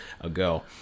ago